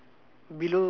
so